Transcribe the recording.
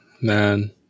Man